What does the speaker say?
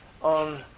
on